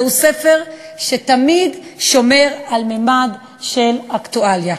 זהו ספר שתמיד שומר על ממד של אקטואליה.